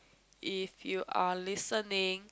if you are listening